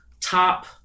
top